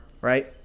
right